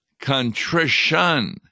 contrition